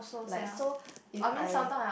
like so if I